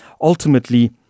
Ultimately